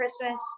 Christmas